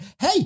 Hey